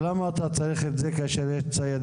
אז למה אתה צריך את זה כאשר יש ציידים